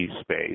space